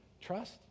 trust